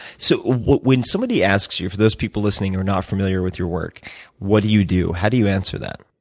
so when somebody asks you for those people listening who are not familiar with your work what do you do? how do you answer them?